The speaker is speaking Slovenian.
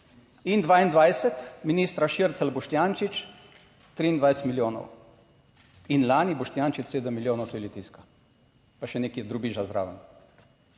In 2022 ministra Šircelj, Boštjančič 23 milijonov in lani Boštjančič 7 milijonov, to je litijska, pa še nekaj drobiža zraven.